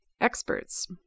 experts